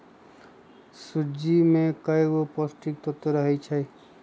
सूज्ज़ी में कएगो पौष्टिक तत्त्व रहै छइ